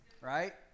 right